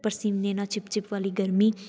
ਪਸੀਨੇ ਨਾਲ ਚਿੱਪ ਚਿੱਪ ਵਾਲੀ ਗਰਮੀ